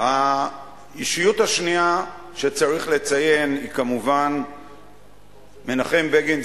האישיות השנייה שצריך לציין היא כמובן מנחם בגין,